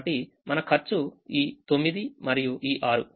కాబట్టిమన ఖర్చు ఈ 9 మరియు ఈ 6